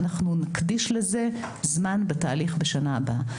אנחנו נקדיש לזה זמן בתהליך בשנה הבאה.